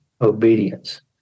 obedience